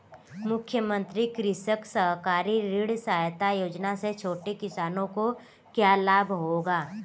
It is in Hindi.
मुख्यमंत्री कृषक सहकारी ऋण सहायता योजना से छोटे किसानों को क्या लाभ होगा?